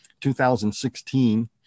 2016